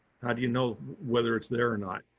how do you know whether it's there or not?